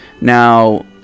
Now